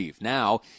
Now